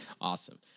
Awesome